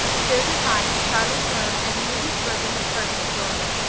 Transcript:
josie pye, charlie sloane, and moody spurgeon macpherson joined it.